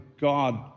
God